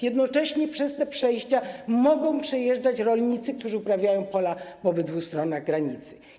Jednocześnie przez te przejścia mogą przejeżdżać rolnicy, którzy uprawiają pola po obydwu stronach granicy.